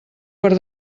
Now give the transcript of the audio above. per